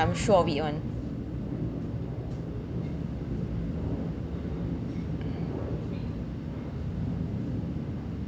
I'm sure of it [one]